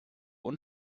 und